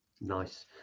nice